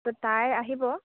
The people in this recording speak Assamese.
তো তাই আহিব